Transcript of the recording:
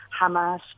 Hamas